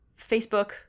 Facebook